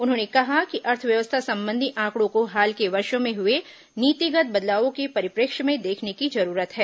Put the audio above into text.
उन्होंने कहा कि अर्थव्यवस्था संबंधी आंकड़ों को हाल के वर्षों में हए नीतिगत बदलावों के परिप्रेक्ष्य में देखने की जरूरत है